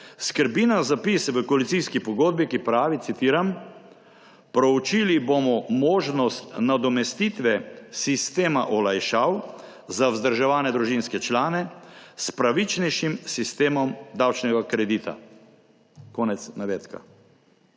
Skrbi nas zapis v koalicijski pogodbi, ki pravi, citiram: »Proučili bomo možnost nadomestitve sistema olajšav za vzdrževane družinske člane s pravičnejšim sistemom davčnega kredita.« Konec navedka.